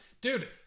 dude